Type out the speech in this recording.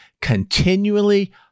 continually